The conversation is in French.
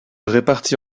répartit